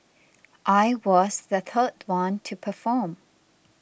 I was the third one to perform